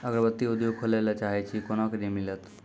अगरबत्ती उद्योग खोले ला चाहे छी कोना के ऋण मिलत?